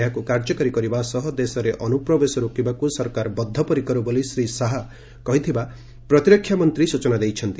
ଏହାକୁ କାର୍ଯ୍ୟକାରି କରିବା ସହ ଦେଶରେ ଅନ୍ତ୍ରପ୍ରବେଶ ରୋକିବାକୁ ସରକାର ବଦ୍ଧ ପରିକର ବୋଲି ଶ୍ରୀ ଶାହା କହିଥିବା ପ୍ରତିରକ୍ଷା ମନ୍ତ୍ରୀ ସ୍ଚଚନା ଦେଇଛନ୍ତି